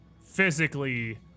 physically